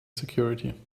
security